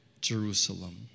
Jerusalem